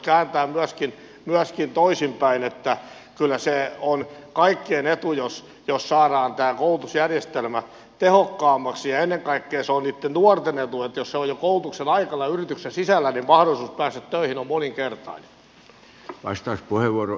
sen voisi kääntää myöskin toisinpäin että kyllä se on kaikkien etu jos saadaan tämä koulutusjärjestelmä tehokkaammaksi ja ennen kaikkea se on niitten nuorten etu että jos on jo koulutuksen aikana yrityksen sisällä niin mahdollisuus päästä töihin on moninkertainen